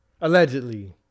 allegedly